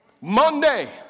Monday